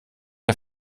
der